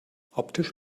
optisch